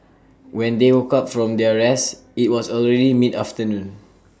when they woke up from their rest IT was already mid afternoon